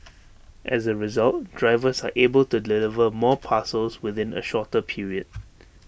as A result drivers are able to deliver more parcels within A shorter period